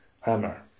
hammer